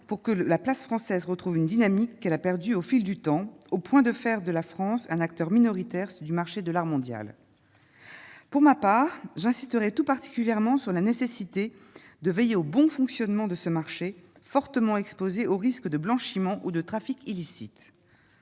pour que la place française retrouve une dynamique qu'elle a perdu au fil du temps, au point de faire de la France un acteur minoritaire s'du marché de l'art mondial pour ma part j'insisterai tout particulièrement sur la nécessité de veiller au bon fonctionnement de ce marché fortement exposée au risque de blanchiment ou de trafic illicite